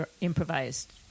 improvised